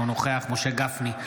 אינו נוכח משה גפני,